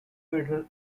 federal